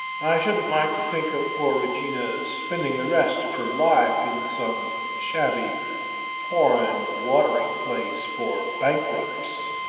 i shouldn't like to think of poor regina's spending the rest of her life in some shabby foreign watering-place for bankrupts.